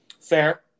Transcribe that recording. Fair